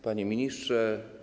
Panie Ministrze!